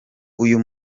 uyu